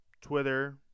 Twitter